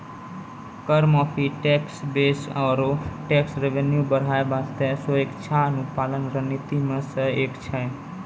कर माफी, tax base आरो टैक्स रेवेन्यू बढ़ाय बासतें स्वैछिका अनुपालन रणनीति मे सं एक छै